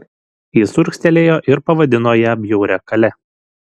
jis urgztelėjo ir pavadino ją bjauria kale